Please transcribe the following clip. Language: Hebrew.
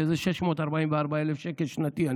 שזה 644,000 שקל שנתי,